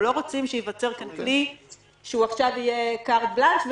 אנחנו לא רוצים שייווצר כאן כלי שעכשיו יהיה קארט בלאנש.